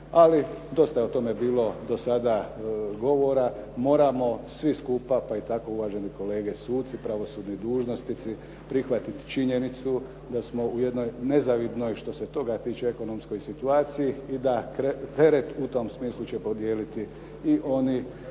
ali dosta je o tome bilo do sada govora. Moramo svi skupa, pa i tako i uvažene kolege suci, pravosudni dužnosnici, prihvatiti činjenicu da smo u jednoj nezavidnoj što se toga tiče ekonomskoj situaciji i da teret u tom smislu će podijeliti i oni